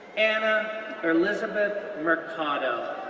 anna elizabeth mercado,